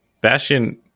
Bastion